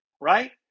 right